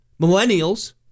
Millennials